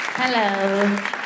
Hello